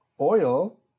oil